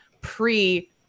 pre